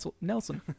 Nelson